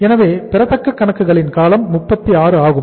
எனவே பெறத்தக்க கணக்குகளின் காலம் 36 ஆகும்